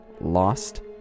Lost